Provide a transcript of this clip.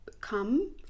come